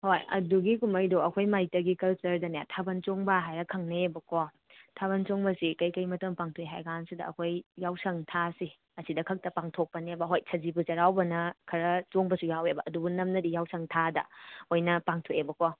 ꯍꯣꯏ ꯑꯗꯨꯒꯤ ꯀꯨꯝꯍꯩꯗꯣ ꯑꯩꯈꯣꯏ ꯃꯩꯇꯩꯒꯤ ꯀꯜꯆꯔꯗꯅꯦ ꯊꯥꯕꯜ ꯆꯣꯡꯕ ꯍꯥꯏꯔ ꯈꯪꯅꯩꯑꯕꯀꯣ ꯊꯥꯕꯜ ꯆꯣꯡꯕꯁꯤ ꯀꯩ ꯀꯩ ꯃꯇꯝ ꯄꯥꯡꯊꯣꯛꯏ ꯍꯥꯏꯀꯥꯟꯁꯤꯗ ꯑꯩꯈꯣꯏ ꯌꯥꯎꯁꯪ ꯊꯥꯁꯦ ꯑꯁꯤꯗ ꯈꯛꯇ ꯄꯥꯡꯊꯣꯛꯄꯅꯦꯕ ꯍꯣꯏ ꯁꯖꯤꯕꯨ ꯆꯩꯔꯥꯎꯕꯅ ꯈꯔ ꯆꯣꯡꯕꯁꯨ ꯌꯥꯎꯋꯦꯕ ꯑꯗꯨꯕꯨ ꯅꯝꯅꯗꯤ ꯌꯥꯎꯁꯪ ꯊꯥꯗ ꯑꯣꯏꯅ ꯄꯥꯡꯊꯣꯛꯑꯦꯕꯀꯣ